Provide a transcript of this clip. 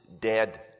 dead